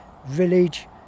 village